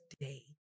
Day